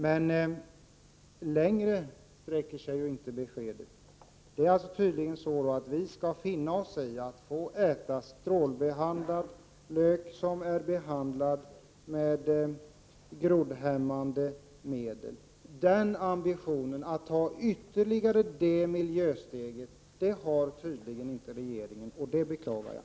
Beskedet sträcker sig emellertid inte längre. Det är tydligen så att vi måste finna oss i att få äta lök som är strålbehandlad och behandlad med groddningshämmande preparat. Regeringen har tydligen inte ambitionen att ta ytterligare miljösteg. Det beklagar jag.